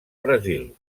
brasil